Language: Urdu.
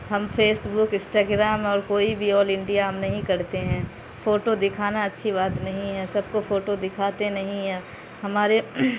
ہم فیسبک اسٹاگرام اور کوئی بھی آل انڈیا ہم نہیں کرتے ہیں فوٹو دکھانا اچھی بات نہیں ہے سب کو فوٹو دکھاتے نہیں ہیں ہمارے